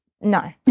No